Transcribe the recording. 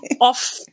off